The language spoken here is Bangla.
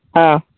হ্যাঁ